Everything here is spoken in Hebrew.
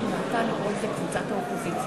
קבוצת האופוזיציה,